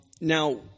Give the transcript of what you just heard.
now